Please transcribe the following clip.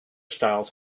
styles